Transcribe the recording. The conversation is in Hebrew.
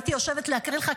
הייתי יושבת להקריא לך,